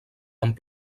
amb